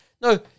no